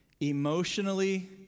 emotionally